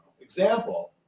example